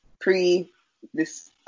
pre-this